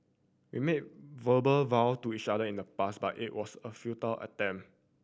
we made verbal vow to each other in the past but it was a futile attempt